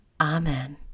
Amen